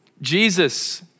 Jesus